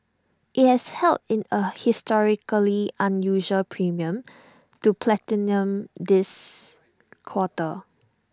IT has held in A historically unusual premium to platinum this quarter